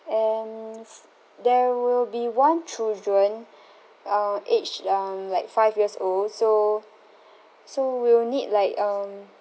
and s~ there will be one children uh aged um like five years old so so we will need like um